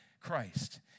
Christ